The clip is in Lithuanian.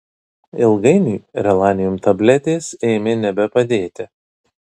ilgainiui relanium tabletės ėmė nebepadėti